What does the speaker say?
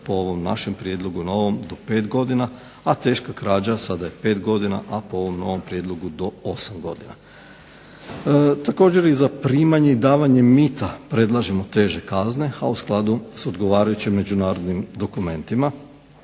Po ovom našem prijedlogu, na ovom do pet godina, a teška krađa sada je pet godina, a po ovom novom prijedlogu do osam godina. Također i za primanje i davanje mita predlažemo teže kazne a u skladu sa odgovarajućim međunarodnim dokumentima.